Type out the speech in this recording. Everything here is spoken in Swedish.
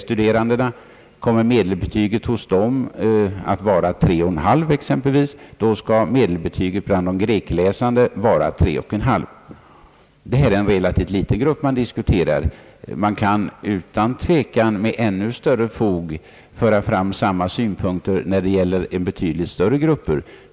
Kommer exempelvis medelbetyget för de helklassiska studerandena att vara 3,5, skall medelbetyget för dem som läser grekiska i skolan vara 3,5. Det är ju här fråga om en relativt liten grupp. Man kan utan tvekan med ännu större fog föra fram samma synpunkter när det gäller betydligt större grupper.